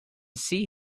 see